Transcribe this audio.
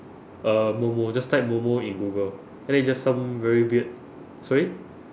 uh momo just type momo in google and then it's just some very weird sorry